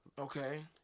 Okay